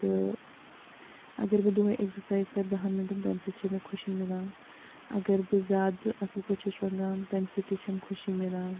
تہٕ اگر بہٕ دۄہَے اٮ۪گزَسایِز کَرٕ دَہَن مِنٹَن تَمہِ سۭتۍ چھےٚ مےٚ خوشی مِلان اگر بہٕ زیادٕ اَصٕل پٲٹھۍ چھَس شۄنٛگان تَمہِ سۭتۍ تہِ چھَم خوشی مِلان